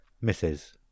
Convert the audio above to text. misses